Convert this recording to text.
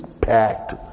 packed